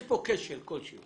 יש פה כשל כלשהו